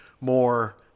more